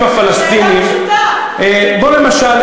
זו לא שאילתה שלך, חברת הכנסת זנדברג.